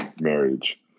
marriage